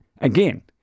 Again